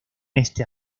este